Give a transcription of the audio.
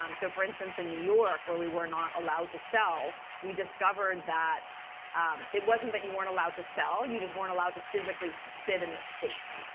um so for instance, in new york, where we were not allowed to sell, we discovered that it wasn't that we weren't allowed to sell. you just weren't allowed to physically spit in the state.